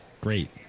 great